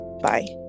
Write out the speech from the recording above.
bye